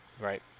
Right